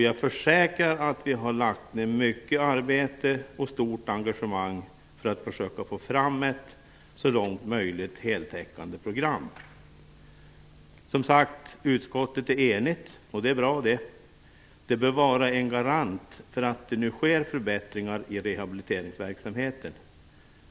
Jag försäkrar att vi har lagt ned mycket arbete och stort engagemang för att försöka få fram ett så långt möjligt heltäckande program. Som sagt är utskottet enigt, och det är bra. Det bör vara en garanti för att det nu sker förbättringar i rehabiliteringsverksamheten.